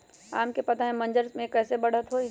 आम क पौधा म मजर म कैसे बढ़त होई?